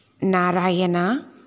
Narayana